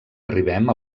arribem